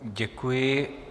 Děkuji.